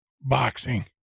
boxing